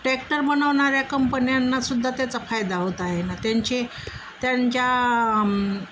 tractor बनवणाऱ्या कंपन्यांनासुद्धा त्याचा फायदा होत आहे ना त्यांचे त्यांच्या